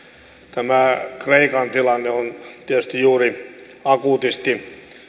tämä kreikan tilanne on tietysti juuri akuutisti